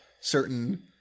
certain